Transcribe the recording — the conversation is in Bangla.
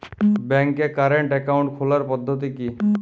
ব্যাংকে কারেন্ট অ্যাকাউন্ট খোলার পদ্ধতি কি?